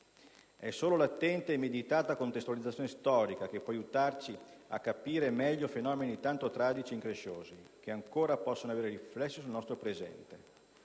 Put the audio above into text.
È solo l'attenta e meditata contestualizzazione storica che può aiutarci a capire meglio fenomeni tanto tragici e incresciosi, che ancora possono avere riflessi sul nostro presente.